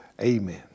Amen